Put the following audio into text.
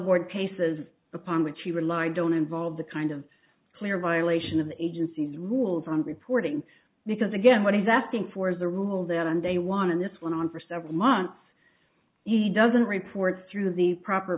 board cases upon which he relied don't involve the kind of clear violation of the agency's rules on reporting because again what he's asking for is the rule that on day one and this went on for several months he doesn't report through the proper